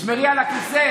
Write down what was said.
תשמרי על הכיסא.